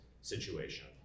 situation